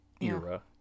era